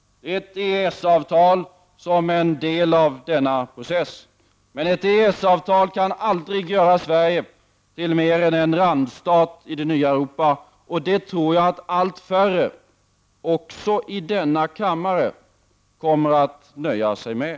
Ett EES-avtal är en del av denna process. Men ett EES-avtal kan aldrig göra Sverige till mer än en randstat i det nya Europa. Och det tror jag att allt färre — också i denna kammare — kommer att nöja sig med.